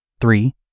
Three